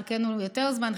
עם חלקנו יותר זמן,